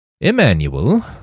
Emmanuel